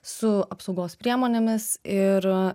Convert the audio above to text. su apsaugos priemonėmis ir